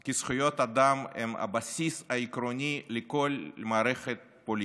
כי זכויות אדם הן הבסיס העקרוני לכל מערכת פוליטית.